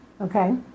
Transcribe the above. Okay